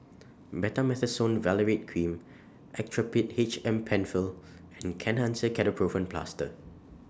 Betamethasone Valerate Cream Actrapid H M PenFill and Kenhancer Ketoprofen Plaster